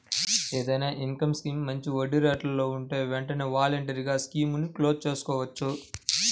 ఏదైనా income scheme మంచి వడ్డీరేట్లలో ఉంటే వెంటనే వాలంటరీగా స్కీముని క్లోజ్ చేసుకోవచ్చు